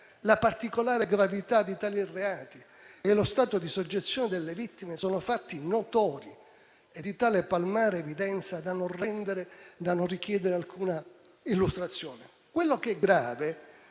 la particolare gravità di tali reati e lo stato di soggezione delle vittime sono fatti notori e di tale palmare evidenza da non richiedere alcuna illustrazione. Quello che è grave